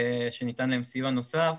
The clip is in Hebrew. ניתן להם סיוע נוסף,